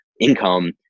income